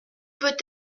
peut